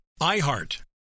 IHEART